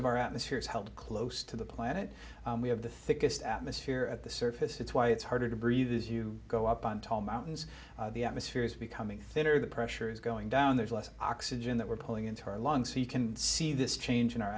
of our atmosphere is held close to the planet we have the thickest atmosphere at the surface that's why it's harder to breathe as you go up on tall mountains the atmosphere is becoming thinner the pressure is going down there's less oxygen that we're pulling into her lungs so you can see this change in our